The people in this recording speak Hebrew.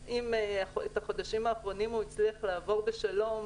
הצליח את החודשים האחרונים לעבור בשלום,